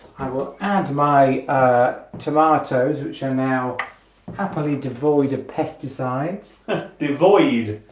i will add my tomatoes which are now happily devoid of pesticides devoid